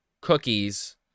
cookies